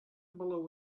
below